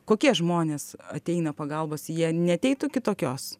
kokie žmonės ateina pagalbos jie neateitų kitokios